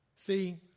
See